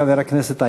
חבר הכנסת אייכלר.